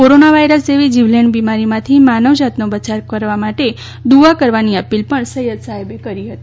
corona virus જેવી જીવલેણ બિમારીમાંથી માનવજાતનો બચાવ કરવા માટે દુવા કરવાની અપીલ પણ સૈયદ સાહેબે કરી છે